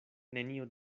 nenio